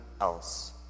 else